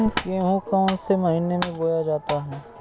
गेहूँ कौन से महीने में बोया जाता है?